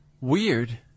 weird